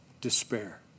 despair